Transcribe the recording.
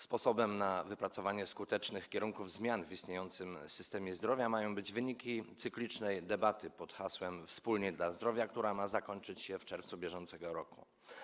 Sposobem na wypracowanie skutecznych kierunków zmian w istniejącym systemie zdrowia mają być wyniki cyklicznej debaty pod hasłem „Wspólnie dla zdrowia”, która ma się zakończyć w czerwcu br.